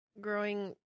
Growing